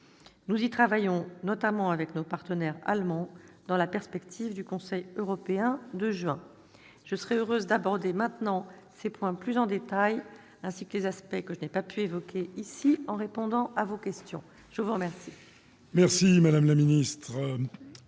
Nous y travaillons notamment avec nos partenaires allemands dans la perspective du Conseil européen de juin prochain. Je serai heureuse d'aborder ces points plus en détail, ainsi que les aspects que je n'ai pu évoquer, en répondant à vos questions. Mes chers